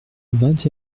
vingt